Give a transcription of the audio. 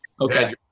Okay